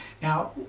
Now